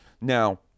now